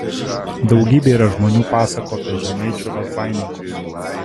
daugybė yra žmonių pasakų apie žemaičių razbaininkus